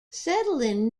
settling